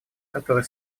которые